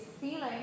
feeling